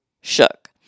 shook